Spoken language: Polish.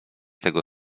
tego